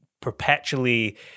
perpetually